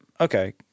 Okay